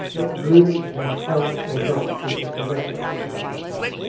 but groups can help or not people to recognise what's happening.